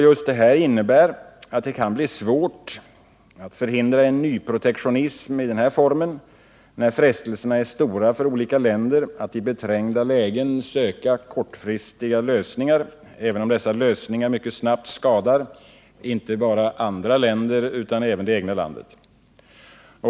Just detta innebär att det kan bli svårt att förhindra en nyprotektionism i den här formen när frestelserna är stora för olika länder att i beträngda lägen söka kortsiktiga lösningar, även om dessa lösningar mycket snabbt skadar inte bara andra länder utan även det egna landet.